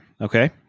Okay